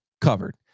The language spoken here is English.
covered